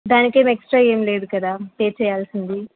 దానికి ఏమి ఎక్స్ట్రా ఏమి లేదు కదా పే చేయాల్సింది